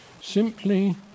Simply